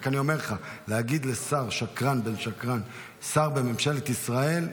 אני רק אומר לך: להגיד לשר "שקרן בן שקרן" לשר בממשלת ישראל,